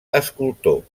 escultor